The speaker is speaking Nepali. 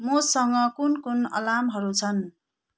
मसँग कुन कुन अलार्महरू छन्